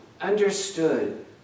understood